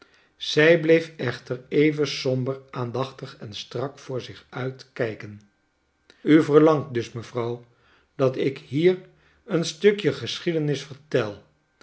zij bleef echter even somber aandachtig en strak voor zich uitkijken u verlangt dus mevrouw dat ik hier een stukje geschiedenis vertel